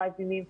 בדרייב אינים,